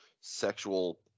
sexual